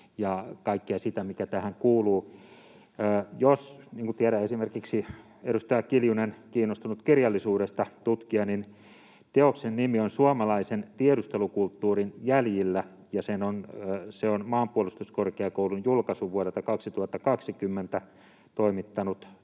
ja kaikkea sitä, mikä tähän kuuluu. Jos — niin kuin tiedän — esimerkiksi edustaja Kiljunen on kiinnostunut kirjallisuudesta tutkijana, niin teoksen nimi on ”Suomalaisen tiedustelukulttuurin jäljillä”, ja se on Maanpuolustuskorkeakoulun julkaisu vuodelta 2020, toimittanut